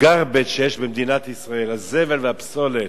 ה-garbage שיש במדינת ישראל, הזבל והפסולת,